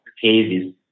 cases